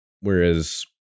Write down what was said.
Whereas